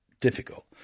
difficult